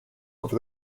over